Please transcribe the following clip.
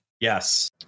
yes